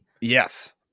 Yes